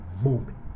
moment